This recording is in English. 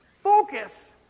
Focus